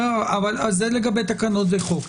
זה לגבי תקנות וחוק.